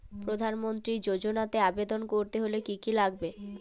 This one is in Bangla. প্রধান মন্ত্রী যোজনাতে আবেদন করতে হলে কি কী লাগবে?